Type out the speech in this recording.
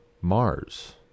Mars